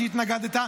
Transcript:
שהתנגדת,